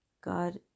God